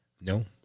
No